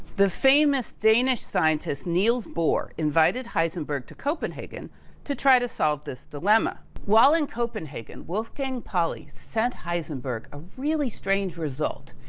the famous danish scientist, niels bohr invited heisenberg to copenhagen to try to solve this dilemma. while in copenhagen, wolfgang pauli sent heisenberg a really strange result.